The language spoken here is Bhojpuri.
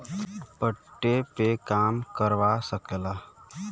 पट्टे पे काम करवा सकेला